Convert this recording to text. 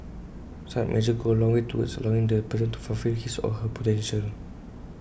such measures go A long way towards allowing the person to fulfil his or her potential